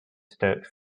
stokes